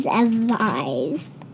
advised